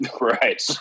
right